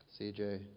CJ